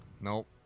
Nope